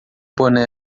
boné